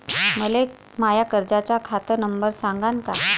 मले माया कर्जाचा खात नंबर सांगान का?